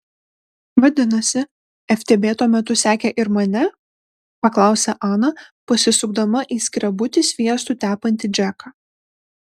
vadinasi ftb tuo metu sekė ir mane paklausė ana pasisukdama į skrebutį sviestu tepantį džeką